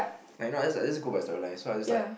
like you know I just I just go by story line so I just like